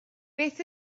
beth